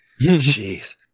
Jeez